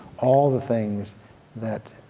all of the things that